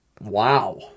Wow